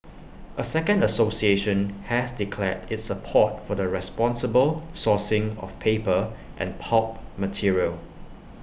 A second association has declared its support for the responsible sourcing of paper and pulp material